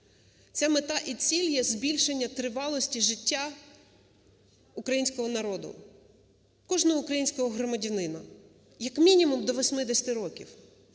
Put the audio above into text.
Ця мета і ціль є збільшення тривалості життя українського народу, кожного українського громадянина, як мінімум, до 80 років,